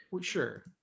Sure